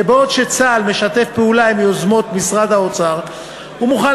שבעוד צה"ל משתף פעולה עם יוזמות משרד האוצר ומוכן